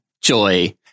Joy